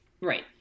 right